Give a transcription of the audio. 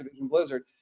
Blizzard